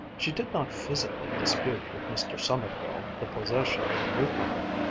she did not physically dispute with mr. sommerville the possession of the new-comer,